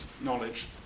knowledge